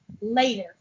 later